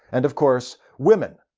and of course, women.